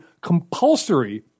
compulsory